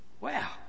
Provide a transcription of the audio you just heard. Wow